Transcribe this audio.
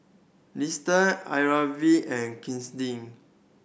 Liston Irven and Kristie